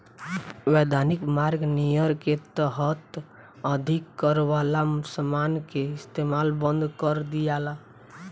वैधानिक मार्ग नियर के तहत अधिक कर वाला समान के इस्तमाल बंद कर दियाला